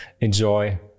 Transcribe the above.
Enjoy